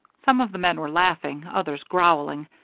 some of the men were laughing, others growling,